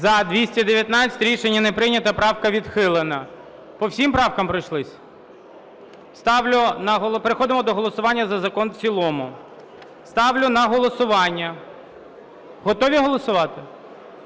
За-219 Рішення не прийнято. Правка відхилена. По всім правкам пройшлися? Переходимо до голосування за закон в цілому. Ставлю на голосування… Готові голосувати?